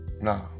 nah